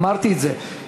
אמרתי את זה,